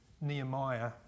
Nehemiah